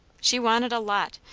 she wanted a lot.